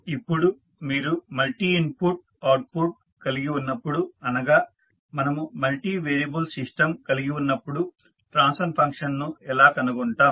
ఇప్పుడు మీరు multi input output కలిగి ఉన్నప్పుడు అనగా మనము మల్టీవేరియబుల్ సిస్టం కలిగి ఉన్నప్పుడు ట్రాన్స్ఫర్ ఫంక్షన్ను ఎలా కనుగొంటాం